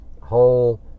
whole